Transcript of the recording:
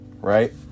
right